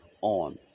on